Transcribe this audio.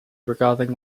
regarding